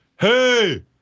Hey